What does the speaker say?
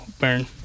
burn